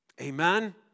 Amen